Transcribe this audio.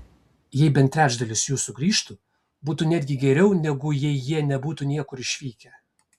jei bent trečdalis jų sugrįžtų būtų netgi geriau negu jei jie nebūtų niekur išvykę